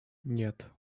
нет